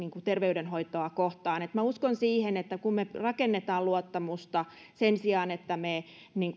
terveydenhoitoa kohtaan minä uskon siihen että kun me rakennamme luottamusta sen sijaan että me